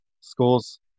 schools